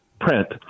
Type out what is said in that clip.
print